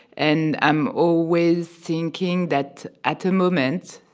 and i'm always thinking that, at a moment,